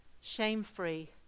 shame-free